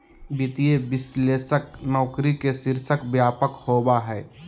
वित्तीय विश्लेषक नौकरी के शीर्षक व्यापक होबा हइ